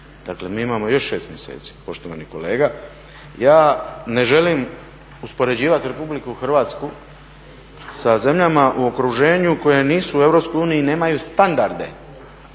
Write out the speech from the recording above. Dakle, mi imao još 6 mjeseci poštovani kolega. Ja ne želim uspoređivati RH sa zemljama u okruženju koje nisu u EU i nemaju standarde